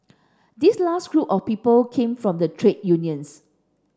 this last group of people came from the trade unions